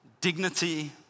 Dignity